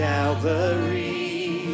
Calvary